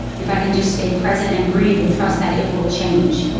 if i can just stay present and breathe and trust that it will change